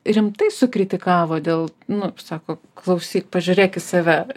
rimtai sukritikavo dėl nu sako klausyk pažiūrėk į save